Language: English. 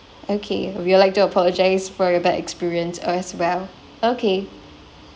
okay we'd like to apologise for your bad experience as well okay